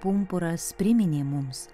pumpuras priminė mums